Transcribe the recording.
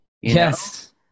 Yes